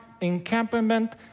encampment